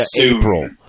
April